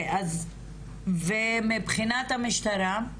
ומבחינת המשטרה?